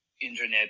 internet